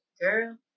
Girl